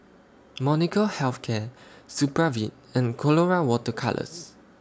Molnylcke Health Care Supravit and Colora Water Colours